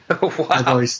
wow